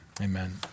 Amen